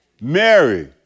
Mary